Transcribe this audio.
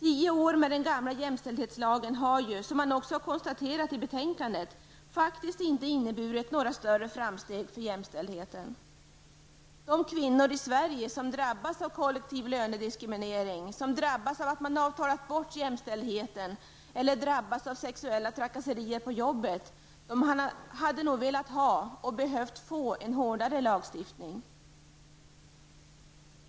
Tio år med den gamla jämställdhetslagen har ju, som man också konstaterar i betänkandet, faktiskt inte inneburit några större framsteg för jämställdheten. De kvinnor i Sverige som drabbas av kollektiv lönediskriminering, som drabbas av att man avtalat bort jämställdheten eller som drabbas av sexuella trakasserier på jobbet hade nog velat ha -- och behövt ha -- en hårdare lagstiftning.